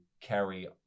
carry